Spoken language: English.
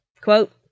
quote